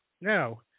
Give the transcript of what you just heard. Now